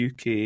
UK